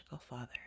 father